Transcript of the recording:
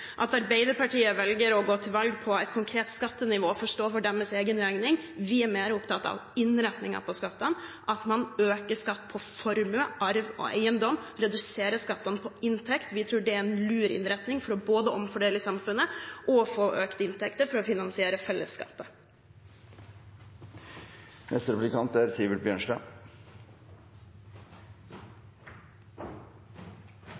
At Arbeiderpartiet velger å gå til valg på et konkret skattenivå, får stå for deres egen regning. Vi er mer opptatt av innretningen av skattene, at man øker skatt på formue, arv og eiendom og reduserer skattene på inntekt. Vi tror det er en lur innretning, både for å omfordele i samfunnet og for å få økte inntekter til å finansiere fellesskapet.